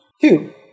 Two